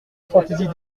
fantaisie